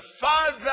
Father